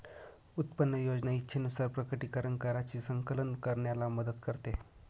उत्पन्न योजना इच्छेनुसार प्रकटीकरण कराची संकलन करण्याला मदत करते